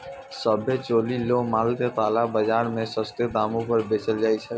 सभ्भे चोरी रो माल के काला बाजार मे सस्तो दामो पर बेचलो जाय छै